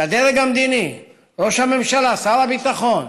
שהדרג המדיני, ראש הממשלה, שר הביטחון,